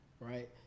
right